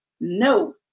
No